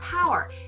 power